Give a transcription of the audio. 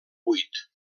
buit